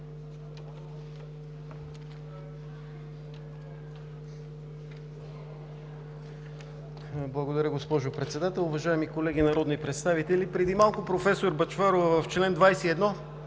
Благодаря, госпожо Председател. Уважаеми колеги народни представители, преди малко професор Бъчварова в чл. 21